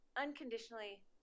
Unconditionally